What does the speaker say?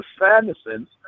Sanderson